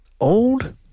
old